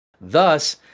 Thus